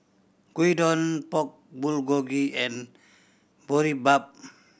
Gyudon Pork Bulgogi and Boribap